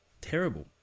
Terrible